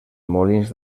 molins